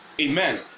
Amen